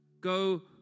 Go